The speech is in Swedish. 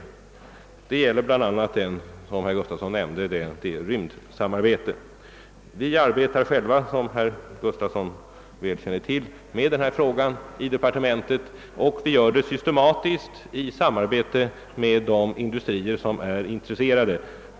Detta gäller bl.a., vilket herr Gustafson nämnde, rymdsamarbetet. Vi arbetar med denna fråga i departementet och har ett systematiskt samarbete med de industrier som är intresserade.